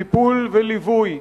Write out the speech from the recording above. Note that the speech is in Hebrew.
טיפול וליווי.